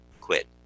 quit